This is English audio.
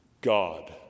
God